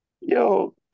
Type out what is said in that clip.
Yo